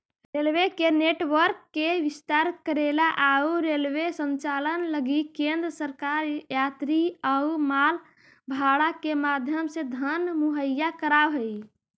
railway के network के विस्तार करेला अउ रेलवे संचालन लगी केंद्र सरकार यात्री अउ माल भाड़ा के माध्यम से धन मुहैया कराव हई